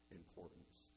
importance